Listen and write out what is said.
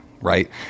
Right